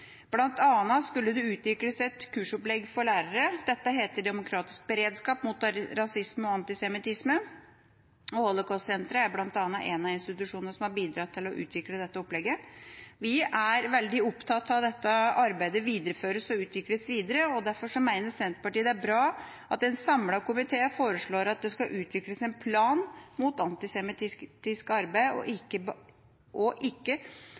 annet skulle det utvikles et kursopplegg for lærere. Dette heter Demokratisk beredskap mot rasisme og antisemittisme. Holocaustsenteret er blant en av institusjonene som har bidratt til å utvikle dette opplegget. Vi er veldig opptatt av at dette arbeidet videreføres og utvikles videre. Derfor mener Senterpartiet det er bra at en samlet komité foreslår at det skal utvikles en plan mot antisemittisk arbeid, og ikke